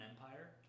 Empire